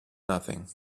nothing